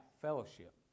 Fellowship